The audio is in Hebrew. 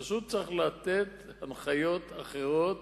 פשוט צריך לתת הנחיות אחרות